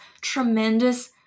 tremendous